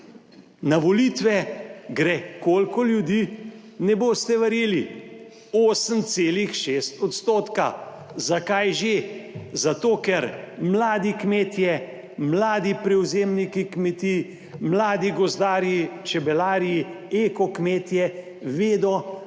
Na volitve gre – koliko ljudi? Ne boste verjeli 8,6 %. Zakaj že? Zato ker mladi kmetje, mladi prevzemniki kmetij, mladi gozdarji, čebelarji, ekokmetje vedo,